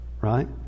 right